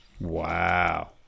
Wow